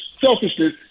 selfishness